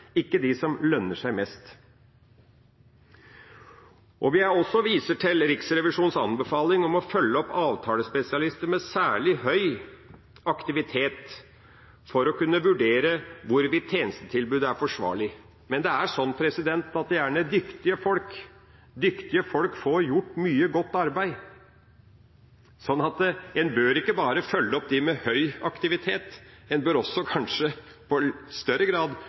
ikke de som lønner seg mest. Vi viser også til Riksrevisjonens anbefaling om å følge opp avtalespesialister med særlig høy aktivitet for å kunne vurdere hvorvidt tjenestetilbudet er forsvarlig. Men det er slik at dyktige folk gjerne får gjort mye godt arbeid, så en bør ikke bare følge opp dem med høy aktivitet; en bør også kanskje i større grad